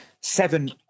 seven